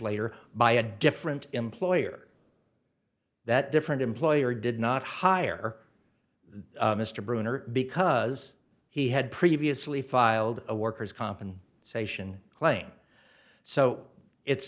later by a different employer that different employer did not hire mr brown or because he had previously filed a worker's comp and sation claim so it's